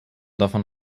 davon